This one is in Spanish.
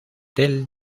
del